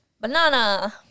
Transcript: Banana